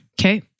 Okay